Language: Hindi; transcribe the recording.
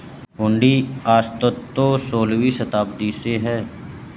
हुंडी का अस्तित्व सोलहवीं शताब्दी से है